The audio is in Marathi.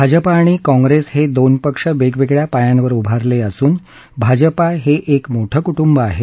भाजपा आणि काँग्रेस हे दोन पक्ष वेगवेगळ्या पायांवर उभारले असून भाजपा हे एक मोठं कुटुंब आहे